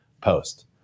post